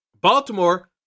Baltimore